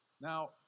Now